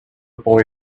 boy